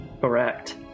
Correct